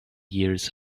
years